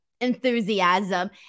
enthusiasm